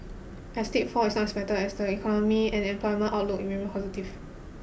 a steep fall is not expected as the economy and employment outlook remain positive